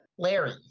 Larry